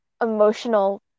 emotional